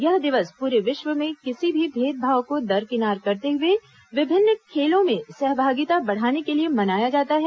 यह दिवस पूरे विश्व में किसी भी भेदभाव को दरकिनार करते हुए विभिन्न खेलों में सहभागिता बढ़ाने के लिए मनाया जाता है